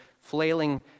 flailing